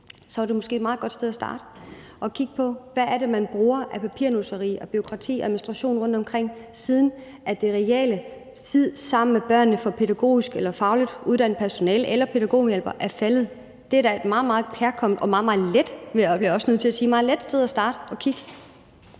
så er det måske et meget godt sted at starte: at kigge på, hvad der er af papirnusseri og bureaukrati og administration rundtomkring, siden den reelle tid sammen med børnene for pædagogisk og fagligt uddannet personale eller pædagogmedhjælpere er faldet. Det er da et meget, meget kærkomment og, bliver jeg også nødt til at sige,